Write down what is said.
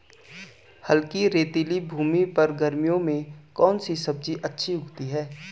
हल्की रेतीली भूमि पर गर्मियों में कौन सी सब्जी अच्छी उगती है?